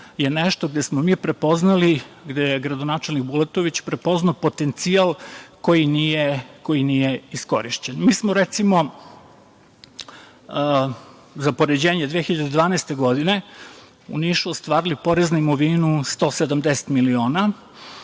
je nešto gde smo mi prepoznali, gde je gradonačelnik Bulatović prepoznao potencijal koji nije iskorišćen. Mi smo, recimo, za poređenje, 2012. godine u Nišu ostvarili porez na imovinu 170 miliona.